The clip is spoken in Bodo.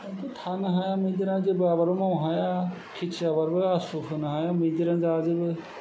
जोंथ' थानो हाया मैदेरानो जेबो आबादबो मावनो हाया खेति आबादाबो आसु फोनो हाया मैदेरानो जाजोबो